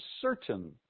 certain